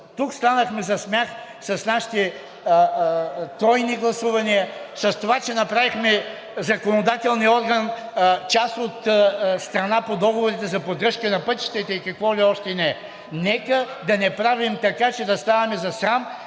тук станахме за смях с нашите тройни гласувания, с това, че направихме законодателния орган част от страна по договорите за поддръжка на пътищата и какво ли още не. Нека да не правим така, че да ставаме за срам